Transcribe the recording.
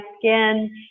skin